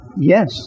Yes